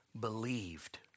believed